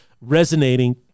resonating